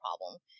problem